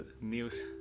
news